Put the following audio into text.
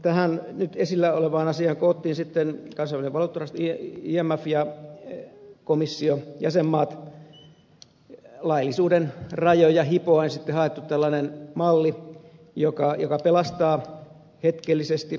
tähän nyt esillä olevaan asiaan sitten koottiin kansainvälinen valuuttarahasto imf ja komission jäsenmaat ja laillisuuden rajoja hipoen haettiin tällainen malli joka pelastaa hetkellisesti